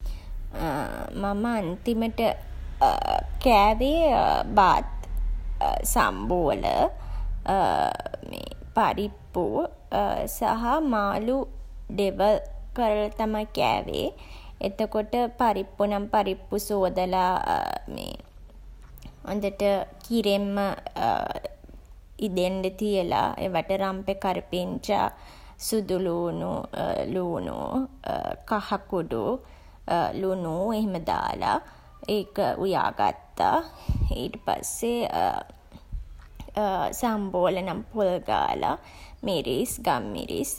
මම අන්තිමට කෑවේ බත්, සම්බෝල පරිප්පු සහ මාළු ඩෙවල් කරලා තමයි කෑවේ. එතකොට පරිප්පු නම් පරිප්පු සෝදලා හොඳට කිරෙන්ම ඉදෙන්ඩ තියලා, ඒවාට රම්පෙ, කරපිංචා, සුදුළූණු ළූණු, කහ කුඩු ලුණු එහෙම දාලා ඒක උයා ගත්තා. ඊට පස්සේ සම්බෝල නම් පොල් ගාලා, මිරිස්, ගම්මිරිස්